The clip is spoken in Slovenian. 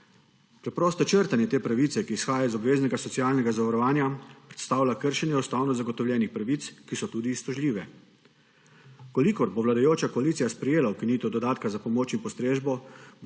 Preprosto črtanje te pravice, ki izhaja iz obveznega socialnega zavarovanja, predstavlja kršenje ustavno zagotovljenih pravic, ki so tudi iztožljive. V kolikor bo vladajoča koalicija sprejela ukinitev dodatka za pomoč in postrežbo,